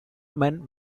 men